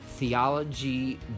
Theology